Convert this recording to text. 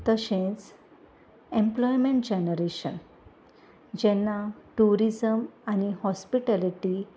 तशेंच employment generation जेन्ना tourism आनी हॉस्पिटेलिटी